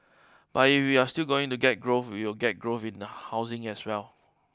but if we are still going to get growth will get growth in the housing as well